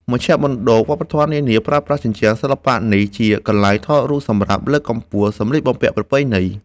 មជ្ឈមណ្ឌលវប្បធម៌នានាប្រើប្រាស់ជញ្ជាំងសិល្បៈនេះជាកន្លែងថតរូបសម្រាប់លើកកម្ពស់សម្លៀកបំពាក់ប្រពៃណី។